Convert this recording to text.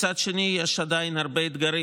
מצד שני, יש עדיין הרבה אתגרים.